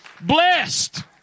Blessed